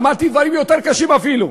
אמרתי דברים יותר קשים אפילו.